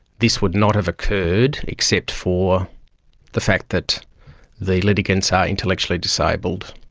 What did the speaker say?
this would not have occurred except for the fact that the litigants are intellectually disabled.